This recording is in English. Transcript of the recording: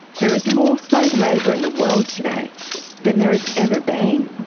there is more slave labour in the world today than there has ever been.